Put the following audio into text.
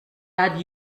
had